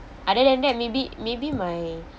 other than that maybe maybe my